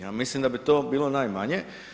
Ja mislim da bi to bilo najmanje.